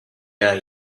người